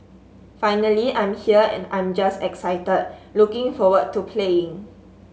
finally I'm here and I'm just excited looking forward to playing